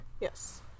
yes